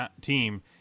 team